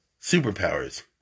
Superpowers